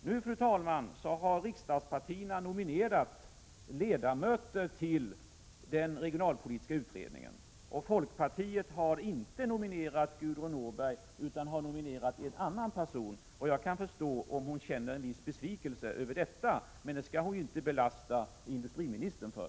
Nu har, fru talman, riksdagspartierna nominerat ledamöter till den regionalpolitiska utredningen, och folkpartiet har inte nominerat Gudrun Norberg utan en annan person. Jag kan förstå om hon bekänner en viss besvikelse över detta, men det skall hon väl inte lasta industriministern för.